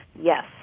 yes